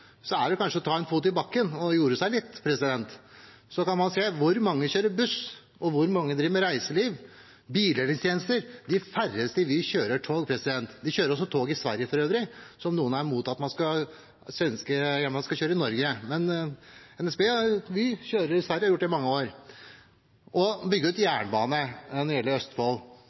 kanskje sette en fot i bakken og jorde seg litt. Så kan man se på hvor mange som kjører buss, og hvor mange som driver med reiseliv og bildelingstjenester. De færreste i Vy kjører tog. Vy kjører for øvrig tog i Sverige, mens noen er mot at den svenske jernbanen skal kjøre i Norge. Vy kjører i Sverige og har gjort det i mange år. Når det gjelder å bygge ut jernbanen i Østfold, er det